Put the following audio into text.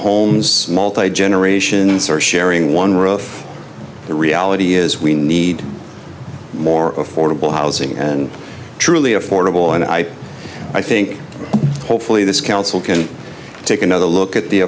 homes multigenerational search sharing one road the reality is we need more affordable housing and truly affordable and i i think hopefully this council can take another look at the